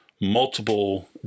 multiple